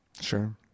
Sure